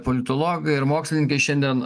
politologai ir mokslininkai šiandien